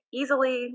easily